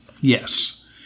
Yes